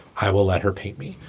i will let her paint me.